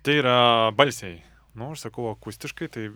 tai yra balsiai nors sakau akustiškai tai